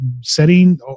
setting